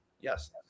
Yes